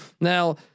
Now